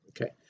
Okay